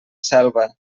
selva